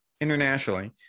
internationally